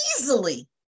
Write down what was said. easily